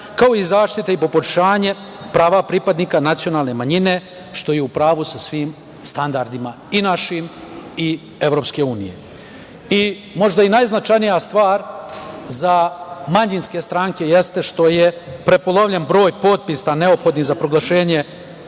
kao i zaštita i poboljšanje prava pripadnika nacionalne manjine, što je u pravu sa svim standardima, i našim i EU.Možda najznačajnija stvar za manjinske stranke jeste što je prepolovljen broj potpisa neophodnih za proglašenje